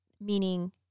meaning